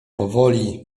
powoli